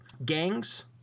Gangs